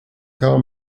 tell